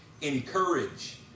Encourage